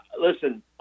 Listen